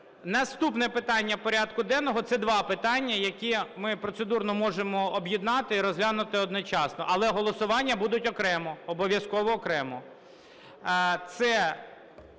Наступне питання порядку денного. Це два питання, які ми процедурно можемо об'єднати і розглянути одночасно, але голосування будуть окремо, обов'язково окремо.